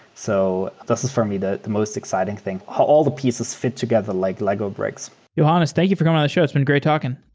so this is for me the the most exciting thing. all the pieces fit together like lego bricks. johannes, thank you for coming on the show. it's been great talking.